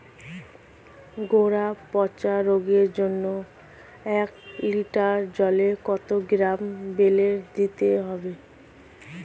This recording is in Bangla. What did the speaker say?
গোড়া পচা রোগের জন্য এক লিটার জলে কত গ্রাম বেল্লের দিতে হবে?